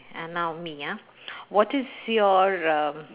and now me ah what is your um